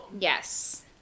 Yes